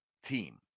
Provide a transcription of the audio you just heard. Team